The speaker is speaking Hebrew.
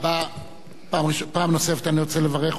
פעם נוספת אני רוצה לברך אותך, תודה, אדוני.